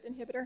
inhibitor